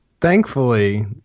Thankfully